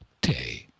day